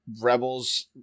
Rebels